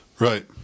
Right